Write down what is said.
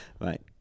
Right